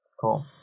cool